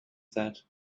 said